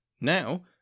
Now